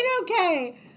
okay